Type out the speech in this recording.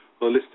Holistic